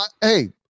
hey